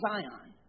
Zion